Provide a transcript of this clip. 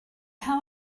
how